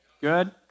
Good